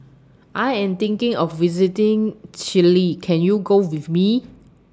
I Am thinking of visiting Chile Can YOU Go with Me